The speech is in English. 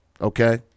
Okay